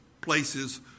places